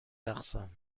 رقصم